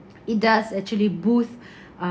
it does actually boost